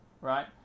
right